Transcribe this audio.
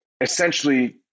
essentially